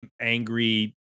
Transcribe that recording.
angry